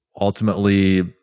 ultimately